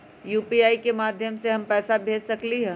UPI के माध्यम से हम पैसा भेज सकलियै ह?